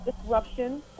disruption